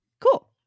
cool